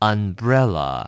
Umbrella 。